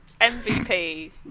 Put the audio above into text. MVP